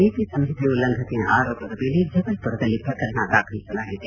ನೀತಿಸಂಹಿತೆ ಉಲ್ಲಂಘನೆಯ ಆರೋಪದ ಮೇಲೆ ಜಬಲ್ಪುರದಲ್ಲಿ ಪ್ರಕರಣ ದಾಖಲಿಸಲಾಗಿದೆ